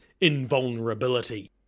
invulnerability